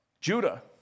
Judah